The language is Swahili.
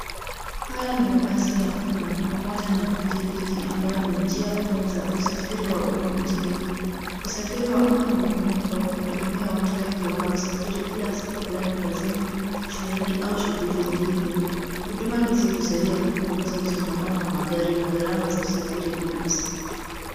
Haya ni mabasi ya umma pamoja na pikipiki ambayo ni njia kuu za usafiri mjini. Usafiri wa umma ni muhimu kwa kuhudumia watu wengi wanaosafiri kila siku kwenda kazini, shuleni au shughuli nyingine. Huduma hizi husaidia kupunguza msongamano wa magari na gharama za usafiri binafsi.